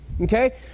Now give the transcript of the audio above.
Okay